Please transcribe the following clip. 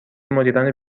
مدیران